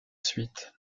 suite